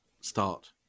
start